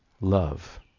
love